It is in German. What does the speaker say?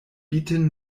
bieten